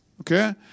Okay